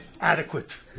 adequate